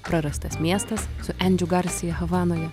prarastas miestas su endžiu garsia havanoje